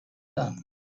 done